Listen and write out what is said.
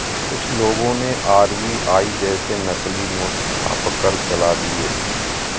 कुछ लोगों ने आर.बी.आई जैसे नकली नोट छापकर चला दिए थे